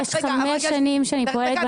אחרי חמש שנים שאני פועלת בנושא --- דקה,